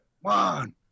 One